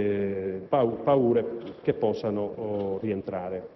e di questa discussione, possano rientrare.